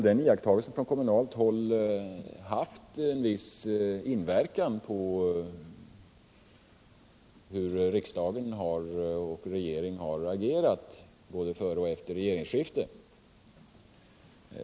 Den iakttagelsen från kommunalt håll har haft en viss inverkan på hur riksdag och regering agerat, både före och efter regimskiftet.